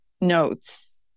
notes